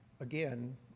again